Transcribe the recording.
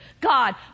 God